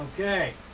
Okay